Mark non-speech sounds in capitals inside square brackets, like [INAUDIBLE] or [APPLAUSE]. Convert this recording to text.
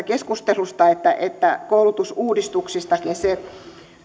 [UNINTELLIGIBLE] keskustelusta että että koulutusuudistuksistakin